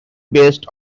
based